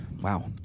Wow